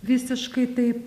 visiškai taip